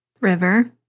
River